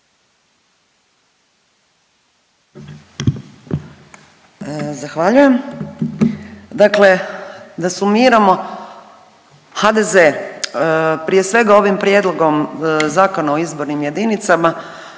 Zahvaljujem. Dakle da sumiramo. HDZ prije svega ovim Prijedlogom zakona o izbornim jedinicama